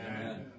Amen